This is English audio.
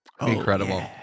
Incredible